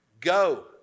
go